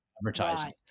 advertising